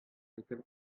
һәйкәл